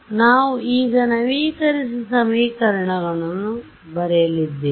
ನಾವು ಈಗ ನವೀಕರಿಸಿದ ಸಮೀಕರಣಗಳನ್ನು ಬರೆಯಲಿದ್ದೇವೆ